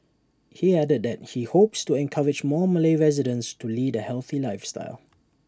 he added that he hopes to encourage more Malay residents to lead A healthy lifestyle